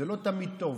זה לא תמיד טוב.